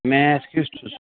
math کیُتھ چھُس